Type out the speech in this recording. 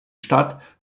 stadt